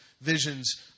visions